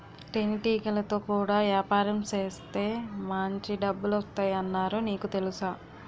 తేనెటీగలతో కూడా యాపారం సేత్తే మాంచి డబ్బులొత్తాయ్ అన్నారు నీకు తెలుసా?